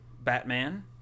Batman